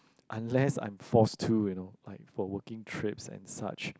unless I'm forced to you know like for working trips and such